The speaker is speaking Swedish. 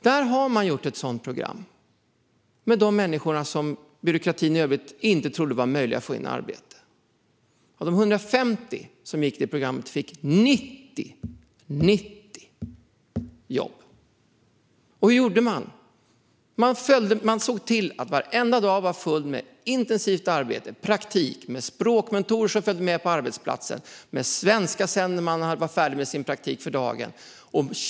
Där har man skapat ett sådant program för de människor som byråkratin i övrigt inte trodde var möjliga att få i arbete. Av de 150 som gick detta program fick hela 90 jobb. Så hur gjorde man? Man såg till att varenda dag var full av intensivt arbete och praktik, med språkmentorer som följde med på arbetsplatsen och med svenska när man var färdig med sin praktik för dagen.